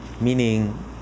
Meaning